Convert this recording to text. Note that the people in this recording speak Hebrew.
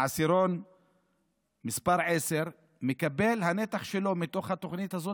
עשירון מס' 10 מקבל את הנתח שלו מתוך התוכנית הזאת,